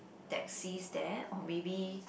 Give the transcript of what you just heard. taxis there or maybe